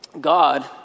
God